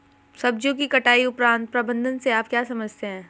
सब्जियों की कटाई उपरांत प्रबंधन से आप क्या समझते हैं?